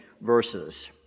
verses